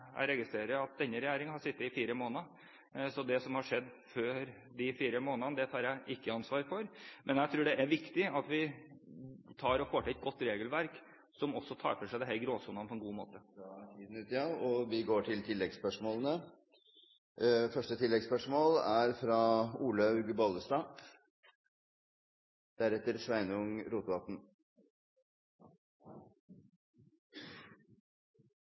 som har skjedd før de fire månedene, tar jeg ikke ansvar for. Men jeg tror det er viktig at vi får til et godt regelverk, som også tar for seg disse gråsonene på en god måte. Det blir oppfølgingsspørsmål – først Olaug V. Bollestad. De foreldrene vi her snakker om, er like glad i ungene sine som vi er,